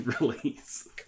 release